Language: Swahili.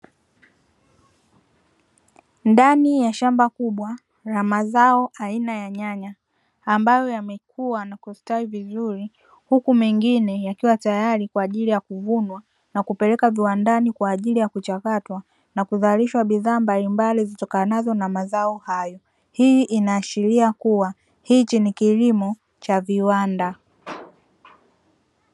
Ndani ya shamba kubwa la mazao aina ya nyanya; ambayo yamekuwa na kustawi vizuri, huku mengine yakiwa tayari kwaajili ya kuvunwa na kupeleka viwandani kwaajili ya kuchakatwa na kuzalishwa bidhaa mbalimbali zitokanazo na mazao hayo. Hii inaashiria kuwa hichi ni kilimo cha viwanda.